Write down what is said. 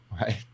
right